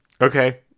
okay